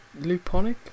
luponic